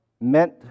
meant